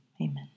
Amen